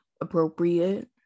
appropriate